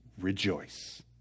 rejoice